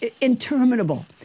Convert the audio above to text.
interminable